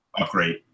upgrade